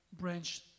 branch